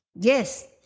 Yes